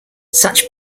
such